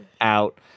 out